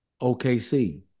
OKC